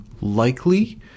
likely